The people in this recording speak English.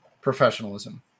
professionalism